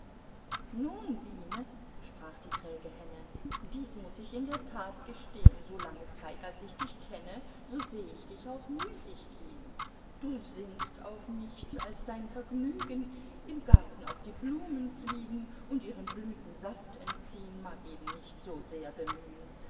nun biene sprach die träge henne dies muß ich in der tat gestehn so lange zeit als ich dich kenne so seh ich dich auch müßiggehn du sinnst auf nichts als dein vergnügen im garten auf die blumen fliegen und ihren blüten saft entziehn mag eben nicht so sehr bemühn